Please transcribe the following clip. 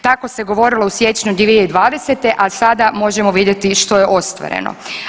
Tako se govorilo u siječnju 2020., a sada možemo vidjeti što je ostvareno.